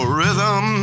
rhythm